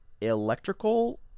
electrical